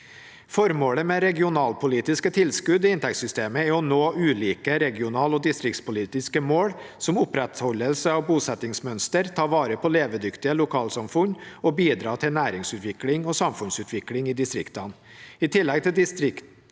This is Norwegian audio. Formålet med regionalpolitiske tilskudd i inntektssystemet er å nå ulike regional- og distriktspolitiske mål, som opprettholdelse av bosettingsmønster, ta vare på levedyktige lokalsamfunn og bidra til næringsutvikling og samfunnsutvikling i distriktene.